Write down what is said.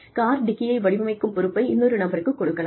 car டிக்கியை வடிவமைக்கும் பொறுப்பை இன்னொரு நபருக்கு கொடுக்கலாம்